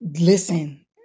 listen